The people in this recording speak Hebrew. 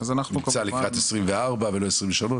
זה נמצא לקראת 2024 ולא 2023?